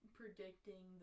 predicting